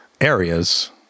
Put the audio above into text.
areas